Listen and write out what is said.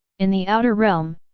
in the outer realm,